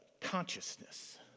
consciousness